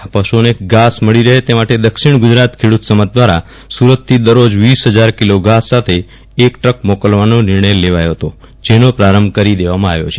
આ પશુઓને ઘાસ મળી રહે તે માટે દક્ષિણ ગુજરાત ખેડૂત સમાજ દ્વારા સુરતથી દરરોજ વીસ હજાર કિલો ઘાસ સાથે એક ટ્રક મોકલવાનો નિર્ણય લેવાયો હતો જેનો પ્રારંભ કરી દેવામાં આવ્યો છે